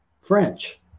French